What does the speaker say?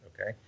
okay